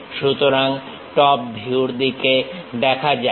সুতরাং টপ ভিউর দিকে দেখা যাক